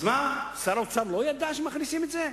אז מה, שר האוצר לא ידע שמכניסים את זה?